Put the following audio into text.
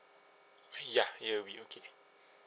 ya it will be okay